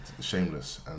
shameless